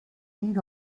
need